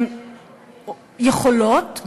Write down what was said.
יכולות,